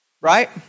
Right